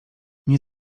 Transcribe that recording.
nie